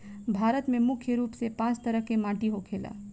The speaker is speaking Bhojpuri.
भारत में मुख्य रूप से पांच तरह के माटी होखेला